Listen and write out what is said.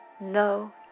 no